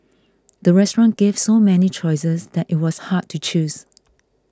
the restaurant gave so many choices that it was hard to choose